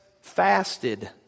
fasted